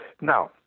Now